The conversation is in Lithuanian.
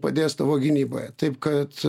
padės tavo gynyboje taip kad